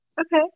Okay